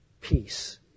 peace